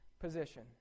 position